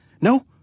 No